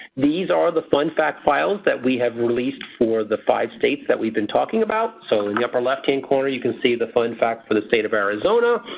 these are the fun fact files that we have released for the five states that we've been talking about. so in the upper left-hand corner you can see the fun fact for the state of arizona,